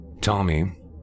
Tommy